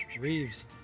Reeves